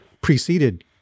preceded